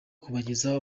kubagezaho